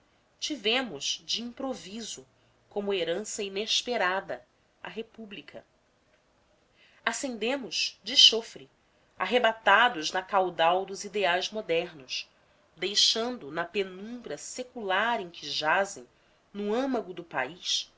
tivemos de improviso como herança inesperada a república ascendemos de chofre arrebatados na caudal dos ideais modernos deixando na penumbra secular em que jazem no âmago do país